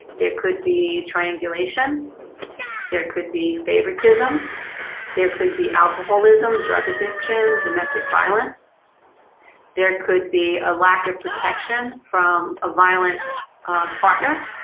it could be triangulation there could be favoritism there could be alcoholism drug addiction domestic violence there could be a lack of protection from a violent partner,